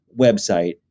website